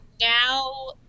Now